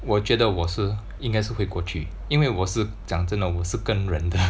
我觉得我是应该是会过去因为我是讲真的我是跟人的